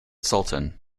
sultan